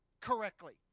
correctly